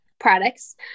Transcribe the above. products